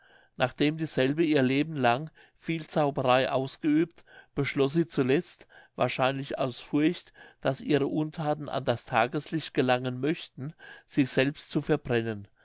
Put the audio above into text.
nachdem dieselbe ihr leben lang viel zauberei ausgeübt beschloß sie zuletzt wahrscheinlich aus furcht daß ihre unthaten an das tageslicht gelangen möchten sich selbst zu verbrennen